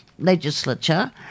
Legislature